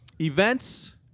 Events